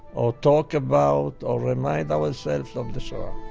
or talk about, or remind ourselves of the shoah.